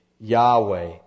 Yahweh